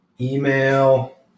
email